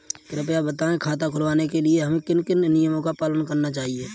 कृपया बताएँ खाता खुलवाने के लिए हमें किन किन नियमों का पालन करना चाहिए?